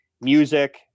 music